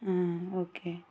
ಹ್ಞೂ ಓಕೆ